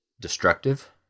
destructive